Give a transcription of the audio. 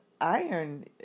iron